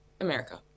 America